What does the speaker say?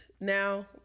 now